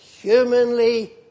humanly